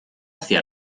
hacia